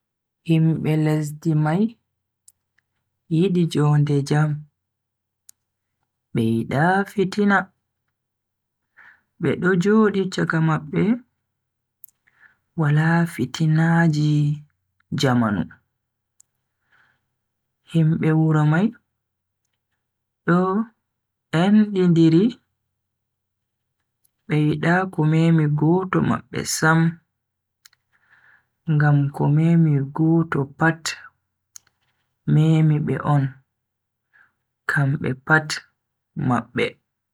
Himbe lesdi mai yidi jonde jam, be yida fitina. Bedo jodi chaka mabbe wala fitinaaji jamanu. Himbe wuro mai do endidiri be yida ko memi goto mabbe sam ngam ko memi goto pat memi be on kambe pat mabbe.